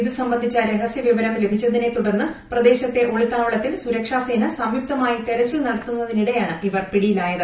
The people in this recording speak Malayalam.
ഇതുസംബന്ധിച്ച രഹസ്യവിവരം ലഭിച്ചതിനെ തുടർന്ന് പ്രദേശത്തെ ഒളിത്താവളത്തിൽ സുരക്ഷാസേന സംയുക്തമായി തെരച്ചിൽ നടത്തുന്നതിനിടെയാണ് ഇവർ പിടിയിലായത്